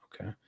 Okay